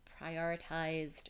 prioritized